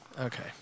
Okay